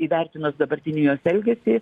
įvertinus dabartinį jos elgesį